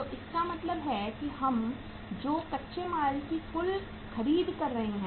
तो इसका मतलब है कि हम जो कच्चे माल की कुल खरीद कर रहे हैं